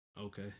Okay